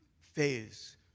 phase